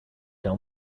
tell